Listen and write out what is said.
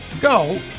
go